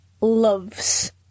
loves